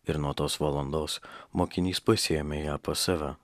ir nuo tos valandos mokinys pasiėmė ją pas save